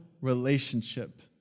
relationship